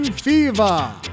Fever